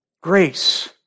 Grace